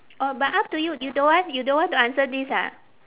oh but up to you you don't want you don't want to answer this ah